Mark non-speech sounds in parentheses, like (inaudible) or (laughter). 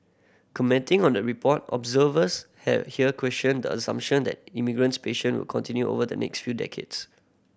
commenting on the report observers (unintelligible) here questioned the assumption that immigration patient will continue over the next few decades